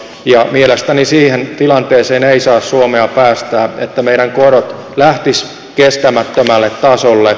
ja mielestäni siihen tilanteeseen ei saa suomea päästää että meidän korot lähtisivät kestämättömälle tasolle